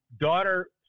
daughter